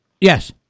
Yes